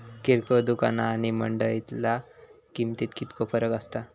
किरकोळ दुकाना आणि मंडळीतल्या किमतीत कितको फरक असता?